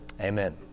Amen